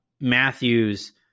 Matthews